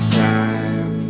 time